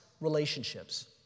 relationships